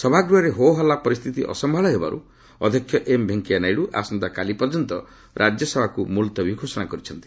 ସଭାଗୃହରେ ହୋହଲ୍ଲା ପରିସ୍ଥିତି ଅସମ୍ଭାଳ ହେବାରୁ ଅଧ୍ୟକ୍ଷ ଏମ୍ଭେଙ୍କିୟା ନାଇଡୁ ଆସନ୍ତା କାଲିପର୍ଯ୍ୟନ୍ତ ରାଜ୍ୟସଭାକୁ ମୁଲତବୀ ଘୋଷଣା କରିଛନ୍ତି